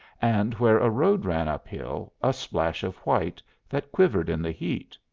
and, where a road ran up-hill, a splash of white, that quivered in the heat.